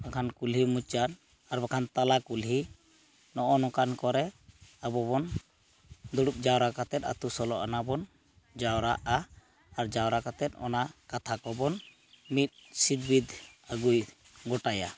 ᱵᱟᱠᱷᱟᱱ ᱠᱩᱞᱦᱤ ᱢᱩᱪᱟᱹᱫ ᱟᱨᱵᱟᱠᱟᱷᱟᱱ ᱛᱟᱞᱟ ᱠᱩᱞᱦᱤ ᱱᱚᱜᱼᱚ ᱱᱚᱝᱠᱟᱱ ᱠᱚᱨᱮ ᱟᱵᱚ ᱵᱚᱱ ᱫᱩᱲᱩᱵ ᱡᱟᱣᱨᱟ ᱠᱟᱛᱮᱫ ᱟᱹᱛᱩ ᱥᱳᱞᱳᱟᱱᱟ ᱵᱚᱱ ᱡᱟᱣᱨᱟᱜᱼᱟ ᱟᱨ ᱡᱟᱣᱨᱟ ᱞᱟᱛᱮᱫ ᱚᱱᱟ ᱠᱟᱛᱷᱟ ᱠᱚᱵᱚᱱ ᱢᱤᱫ ᱟᱹᱜᱩᱭ ᱜᱚᱴᱟᱭᱟ